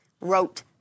wrote